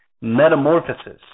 metamorphosis